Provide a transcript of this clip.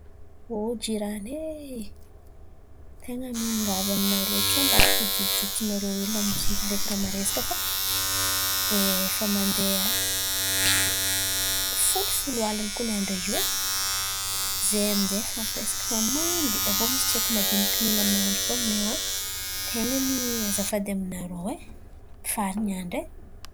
O jirany e, ten̈a ny miangavy aminarô tsao mba afak hajotsojotso narô hely lamoziky ndraiky ràha maresaka fa efa mandeha folo folo alin̈y kony andra io. Izahay amin'izay efa presky efa mandry, aby iô misy tsaiky madiniky efa mila mandry kôa aminay ao ten̈a ny azafady aminarô e, efa alin̈y andra e.